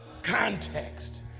Context